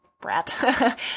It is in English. brat